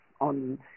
on